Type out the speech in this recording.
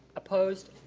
opposed?